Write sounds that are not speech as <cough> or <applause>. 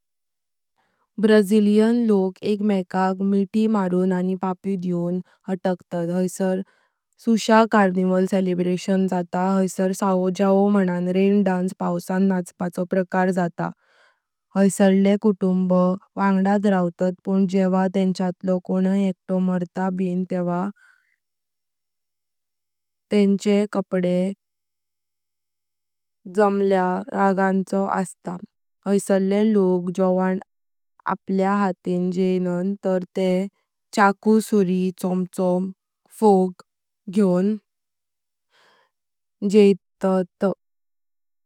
ब्राझिलियन लोक एकमेकांना मिठी मारुन आणि पापी देऊन हटकतत, हायसार सुषा कार्निवल सेलिब्रेशन जात, हायसार साओ जोआओ मानान रेन डान्स पाउसाचो नाचपाचो प्रकार जात, हायसारले कुटुंब वांगदात रवतात पण जेवा तेंचयाटलो कोनाई एकतो मरता बिन तेवा मातर तेंचे <hesitation> कपडे जमल्या रंगाचे अस्तात। हायसारले लोक जोवान आपल्या हातिन जेइनान तर ते चाकू सुरी चमचो फोर्क घेऊन जेतात।